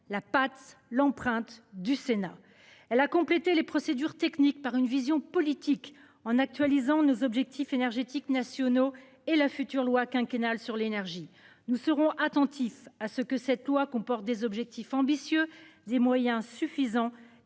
la patte l'empreinte du Sénat. Elle a complété les procédures techniques par une vision politique en actualisant nos objectifs énergétiques nationaux et la future loi quinquennale sur l'énergie. Nous serons attentifs à ce que cette loi comporte des objectifs ambitieux, des moyens suffisants